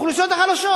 האוכלוסיות החלשות.